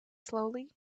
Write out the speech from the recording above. slowly